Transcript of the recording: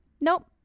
Nope